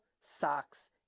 socks